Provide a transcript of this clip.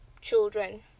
children